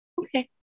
okay